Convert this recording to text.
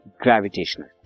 gravitational